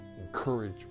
encourage